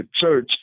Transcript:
church